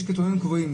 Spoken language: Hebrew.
יש קריטריונים קבועים,